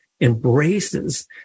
embraces